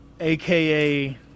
aka